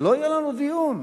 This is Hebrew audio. לא יהיה לנו דיון.